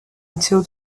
until